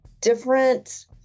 different